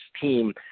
team